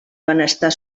benestar